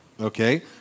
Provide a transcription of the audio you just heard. okay